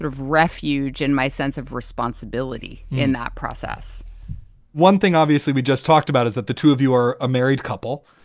refuge in my sense of responsibility in that process one thing obviously we just talked about is that the two of you are a married couple.